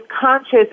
conscious